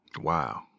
Wow